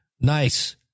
Nice